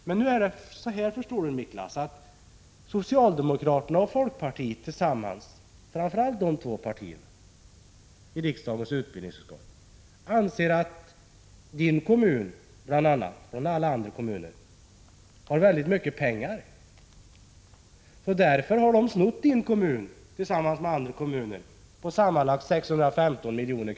Men nu har — förstår du, Miklas — framför allt socialdemokraterna och folkpartiet i riksdagens utbildningsutskott ansett att din kommun, och alla andra kommuner, har mycket pengar. Därför har de snott sammanlagt 615 milj.kr. från din och de andra kommunerna.